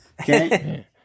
Okay